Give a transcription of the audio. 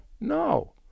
No